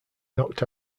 knocked